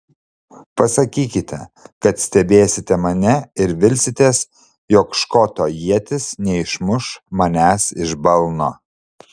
pasakykite kad stebėsite mane ir vilsitės jog škoto ietis neišmuš manęs iš balno